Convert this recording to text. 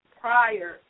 prior